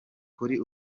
kuri